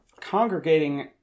congregating